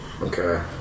Okay